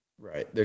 Right